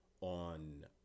on